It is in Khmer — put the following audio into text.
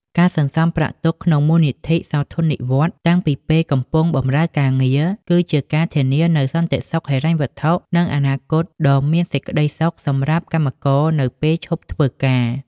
ការសន្សំប្រាក់ទុកក្នុងមូលនិធិសោធននិវត្តន៍តាំងពីពេលកំពុងបម្រើការងារ គឺជាការធានានូវសន្តិសុខហិរញ្ញវត្ថុ និងអនាគតដ៏មានសេចក្តីសុខសម្រាប់កម្មករនៅពេលឈប់ធ្វើការ។